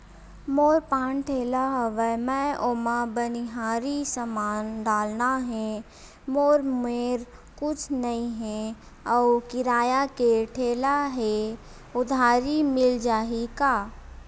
मोर पान ठेला हवय मैं ओमा मनिहारी समान डालना हे मोर मेर कुछ नई हे आऊ किराए के ठेला हे उधारी मिल जहीं का?